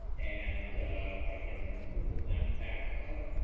and i can open that back up,